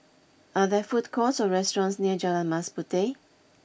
are there food courts or restaurants near Jalan Mas Puteh